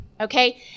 okay